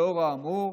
לאור האמור,